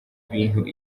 bintu